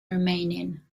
remaining